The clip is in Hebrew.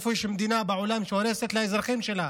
איפה יש מדינה בעולם שהורסת לאזרחים שלה?